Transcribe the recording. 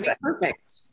perfect